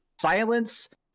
silence